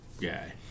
guy